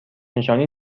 نشانی